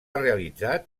realitzat